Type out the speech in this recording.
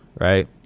right